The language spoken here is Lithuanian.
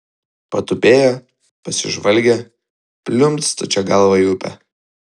patupėjo pasižvalgė pliumpt stačia galva į upę